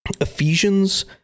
Ephesians